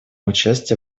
участие